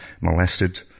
molested